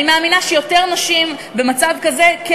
אני מאמינה שיותר נשים במצב כזה כן